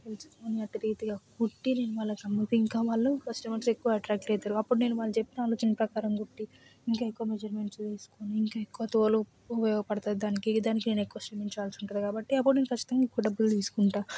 వాళ్ళకి నచ్చేటటువంటి రీతిలో కుట్టి వాళ్ళకి నేను అమ్మితే ఇంకా వాళ్ళు కస్టమర్స్ ఎక్కువ ఎట్రాక్ట్ అవుతారు అప్పుడు నేను వాళ్ళు చెప్పిన ఆలోచన ప్రకారం కుట్టి ఇంకా ఎక్కువ మెజర్మెంట్స్ తీసుకుని ఇంకా ఎక్కువ తోలు ఉపయోగపడుతుంది దానికి దానికి నేను ఎక్కువ శ్రమించాల్సి ఉంటుంది కాబట్టి అప్పుడు నేను ఖచ్చితంగా ఎక్కువ డబ్బులు తీసుకుంటాను